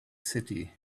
city